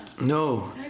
No